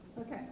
Okay